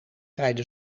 rijden